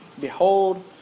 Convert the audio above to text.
Behold